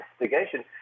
investigation